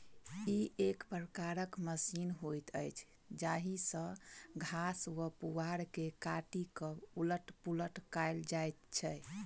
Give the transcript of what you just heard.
ई एक प्रकारक मशीन होइत अछि जाहि सॅ घास वा पुआर के काटि क उलट पुलट कयल जाइत छै